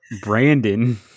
Brandon